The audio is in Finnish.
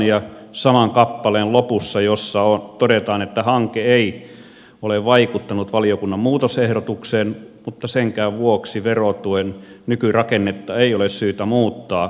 ja saman kappaleen lopusta jossa todetaan että hanke ei ole vaikuttanut valiokunnan muutosehdotukseen mutta senkään vuoksi verotuen nykyrakennetta ei ole syytä muuttaa